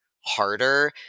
harder